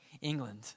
England